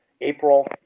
April